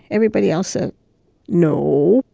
everybody else said no.